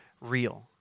real